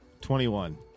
Twenty-one